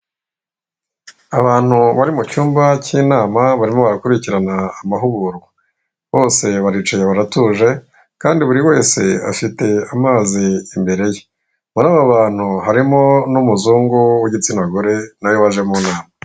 Abantu bari mu cyumba cy'inama barimo barakurikirana amahugurwa, bose baricaye baratuje, kandi buri wese afite amazi imbere ye. Muri aba bantu harimo n'umuzungu w'igitsina gore waje mu nama.